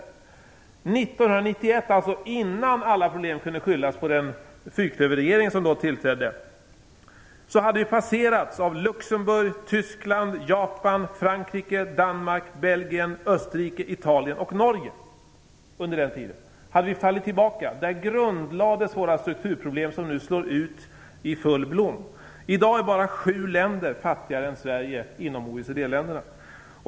1991, alltså innan alla problem kunde skyllas på den fyrklöverregering som då tillträdde, hade vi passerats av Luxemburg, Tyskland, Japan, Frankrike, Danmark, Belgien, Österrike, Italien och Norge. Under den tiden hade vi fallit tillbaka. Där grundlades de strukturproblem som nu slår ut i full blom. I dag är bara 7 länder fattigare än Sverige inom OECD.